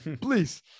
please